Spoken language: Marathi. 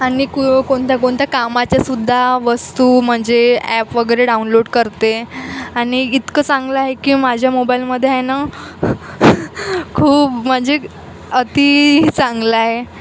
आणि कु कोणत्या कोणत्या कामाच्या सुद्धा वस्तू म्हणजे ॲप वगैरे डाउनलोड करते आणि इतकं चांगलं आहे की माझ्या मोबाईलमध्ये आहे ना खूप म्हणजे अती चांगला आहे